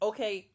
Okay